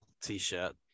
T-shirt